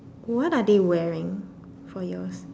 what are they wearing for yours